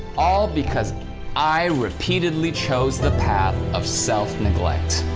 all because i repeatedly chose the path of self-neglect.